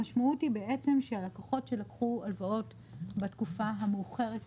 המשמעות היא בעצם שהלקוחות שלקחו הלוואות בתקופה המאוחרת יותר,